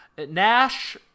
Nash